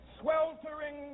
sweltering